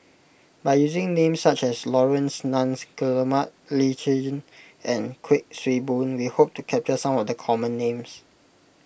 by using names such as Laurence Nunns Guillemard Lee Tjin and Kuik Swee Boon we hope to capture some of the common names